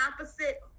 opposite